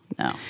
no